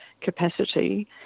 capacity